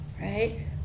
right